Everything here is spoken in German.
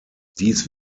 dies